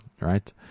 right